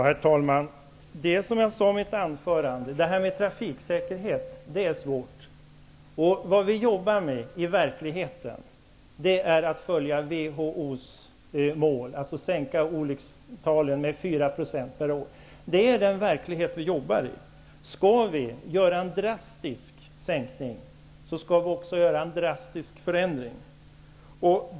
Herr talman! Som jag sade i mitt anförande är det här med trafiksäkerhet svårt. Det som vi i verkligheten jobbar med är att följa WHO:s råd, dvs. att sänka olyckstalen med 4 % per år. Om vi skall göra en drastisk sänkning skall vi också göra en drastisk förändring.